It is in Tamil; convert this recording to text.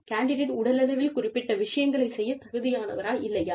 கேண்டிடேட் உடலளவில் குறிப்பிட்ட விஷயங்களைச் செய்ய தகுதியானவரா இல்லையா